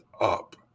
up